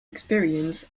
experience